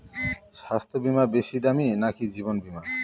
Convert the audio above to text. স্বাস্থ্য বীমা বেশী দামী নাকি জীবন বীমা?